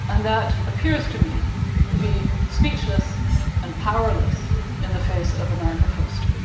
and that appears to me to be speechless and powerless in the face of america first.